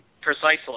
precisely